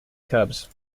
cubs